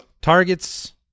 Targets